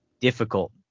difficult